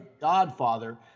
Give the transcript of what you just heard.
Godfather